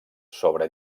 sobre